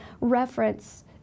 reference